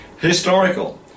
historical